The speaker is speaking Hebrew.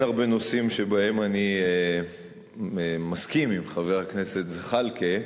אין הרבה נושאים שבהם אני מסכים עם חבר הכנסת זחאלקה.